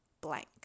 blank